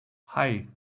hei